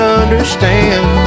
understand